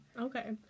okay